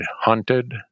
hunted